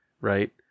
right